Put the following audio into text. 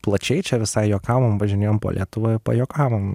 plačiai čia visai juokavom važinėjom po lietuvą pajuokavom